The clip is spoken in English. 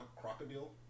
Crocodile